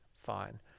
Fine